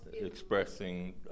expressing